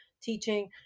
teaching